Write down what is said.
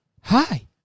hi